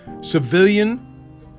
civilian